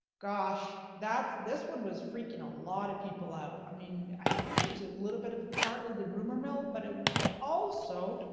gosh, that, this one was freaking a lot of people out. i mean, i think it was a little bit of partly the rumor mill, but it was also,